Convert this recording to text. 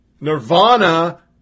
Nirvana